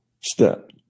step